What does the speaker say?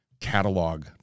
catalog